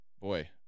boy